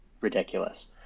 ridiculous